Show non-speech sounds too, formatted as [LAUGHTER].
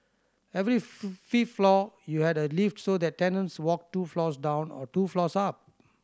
every [UNINTELLIGIBLE] fifth floor you had a lift so that tenants walked two floors down or two floors up